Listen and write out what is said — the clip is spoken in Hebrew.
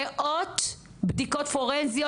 מאות בדיקות פורנזיות,